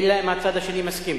אלא אם כן הצד השני מסכים.